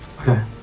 Okay